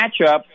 matchup